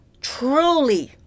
truly